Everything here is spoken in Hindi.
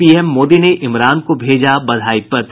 पीएम मोदी ने इमरान को भेजा बधाई पत्र